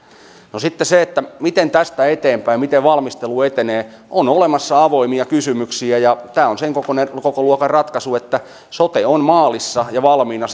no sitten se miten tästä eteenpäin miten valmistelu etenee on olemassa avoimia kysymyksiä ja tämä on sen kokoluokan ratkaisu että sote on maalissa ja valmiina